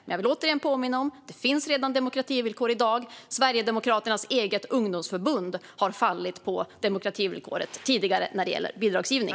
Men jag vill återigen påminna om att det i dag redan finns demokrativillkor, och Sverigedemokraternas eget ungdomsförbund har tidigare fallit på demokrativillkoret när det gäller bidragsgivning.